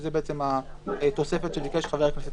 זו בעצם התוספת שביקש חבר הכנסת